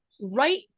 right